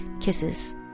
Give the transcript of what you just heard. Kisses